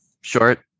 Short